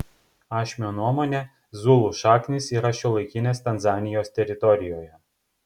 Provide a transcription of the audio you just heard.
ašmio nuomone zulų šaknys yra šiuolaikinės tanzanijos teritorijoje